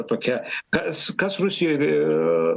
tokia kas kas rusijoj ir